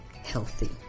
healthy